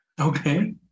Okay